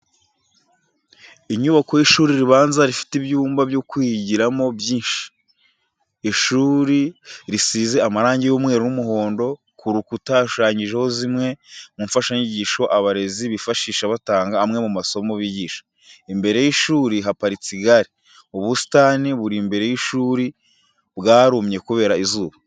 Inyubako y'ishuri ribanza rifite ibyumba byo kwigiramo byinshi. Ishuri risize amarangi y'umweru n'umuhondo, ku rukura hashushanyijeho zimwe mu mfashanyigisho abarezi bifashisha batanga amwe mu masomo bigisha. Imbere y'ishuri haparitse igare, ubusitani buri imbere y'ishuri bwarumye kubera izuba.